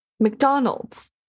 McDonald's